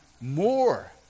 more